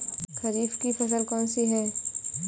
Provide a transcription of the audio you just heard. खरीफ की फसल कौन सी है?